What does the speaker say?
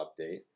update